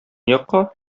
якка